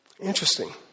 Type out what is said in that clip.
Interesting